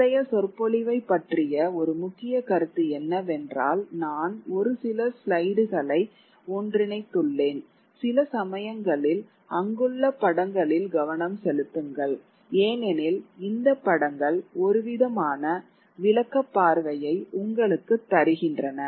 இன்றைய சொற்பொழிவைப் பற்றிய ஒரு முக்கிய கருத்து என்னவென்றால் நான் ஒரு சில ஸ்லைடுகளை ஒன்றிணைத்துள்ளேன் சில சமயங்களில் அங்குள்ள படங்களில் கவனம் செலுத்துங்கள் ஏனெனில் இந்த படங்கள் ஒருவிதமான விளக்க பார்வையை உங்களுக்குத் தருகின்றன